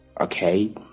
okay